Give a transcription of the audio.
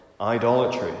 idolatry